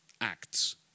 acts